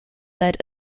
led